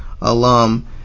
alum